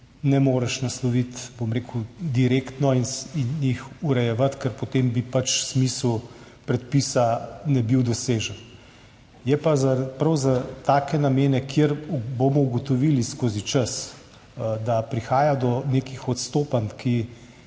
ne moreš nasloviti direktno in jih urejevati, ker potem bi pač smisel predpisa ne bil dosežen. Je pa prav za take namene, kjer bomo ugotovili skozi čas, da prihaja do nekih odstopanj, ki